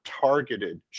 targeted